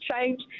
change